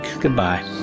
Goodbye